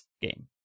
game